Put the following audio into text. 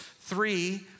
three